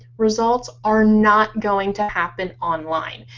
results are not going to happen online.